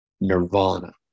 Nirvana